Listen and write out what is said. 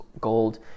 Gold